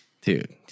Dude